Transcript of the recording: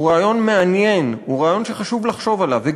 הוא רעיון מעניין, הוא רעיון שחשוב לחשוב עליו.